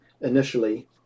Initially